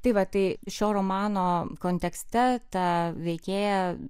tai va tai šio romano kontekste ta veikėja